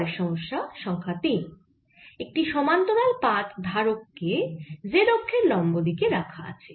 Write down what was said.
পরের সমস্যা সংখ্যা 3 - একটি সমান্তরাল পাত ধারক কে z অক্ষের লম্ব দিকে রাখা আছে